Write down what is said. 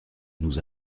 nous